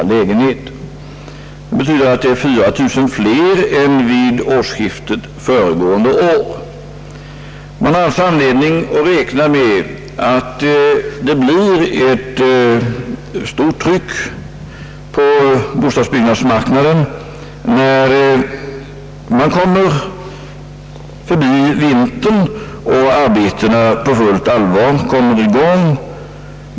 Det betyder 4 000 fler än vid årsskiftet föregående år. Man har alltså anledning att räkna med att det blir ett stort tryck på bostadsbyggnadsmarknaden när man kommer förbi vintern och arbetena på fullt allvar kommer i gång.